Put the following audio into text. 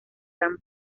plan